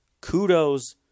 kudos